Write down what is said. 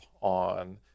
on